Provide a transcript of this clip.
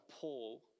Paul